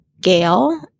Gail